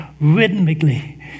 rhythmically